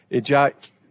Jack